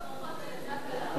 תצטרף לברכות ללידה קלה.